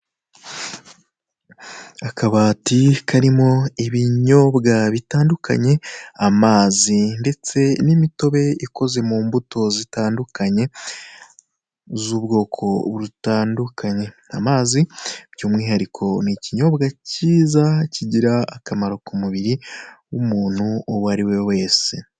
Akabati karimo iibinyobwa bitandukanye, amazi ndetse n'imitobe ikoze mu mbuto zitandukanye, z'ubwoko butandukanye, amazi by'umwihariko, ni ikinyobwa kiza kigira akamaro ku mubiri w'umuntu uwo ariwe wese.